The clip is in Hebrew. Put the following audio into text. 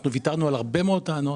ואנחנו ויתרנו על הרבה מאוד טענות.